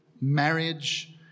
marriage